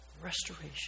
Restoration